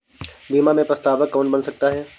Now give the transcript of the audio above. बीमा में प्रस्तावक कौन बन सकता है?